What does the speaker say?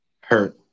Hurt